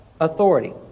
Authority